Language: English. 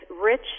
rich